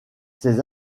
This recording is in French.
ses